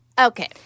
Okay